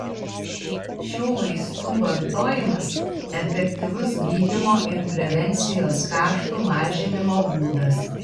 šių vaistų vartojimas efektyvus gydymo ir prevencijos kaštų mažinimo būdas